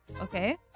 Okay